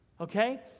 Okay